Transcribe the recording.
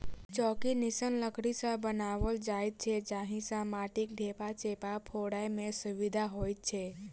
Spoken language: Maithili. चौकी निस्सन लकड़ी सॅ बनाओल जाइत छै जाहि सॅ माटिक ढेपा चेपा फोड़य मे सुविधा होइत छै